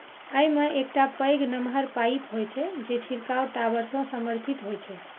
अय मे एकटा पैघ नमहर पाइप होइ छै, जे छिड़काव टावर सं समर्थित होइ छै